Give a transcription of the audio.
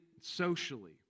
socially